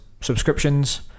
subscriptions